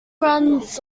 runs